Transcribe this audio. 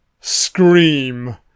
Scream